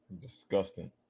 Disgusting